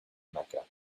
mecca